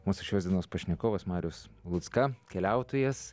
mūsų šios dienos pašnekovas marius lucka keliautojas